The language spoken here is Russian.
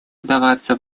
вдаваться